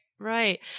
Right